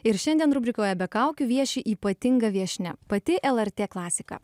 ir šiandien rubrikoje be kaukių vieši ypatinga viešnia pati lrt klasika